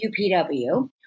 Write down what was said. UPW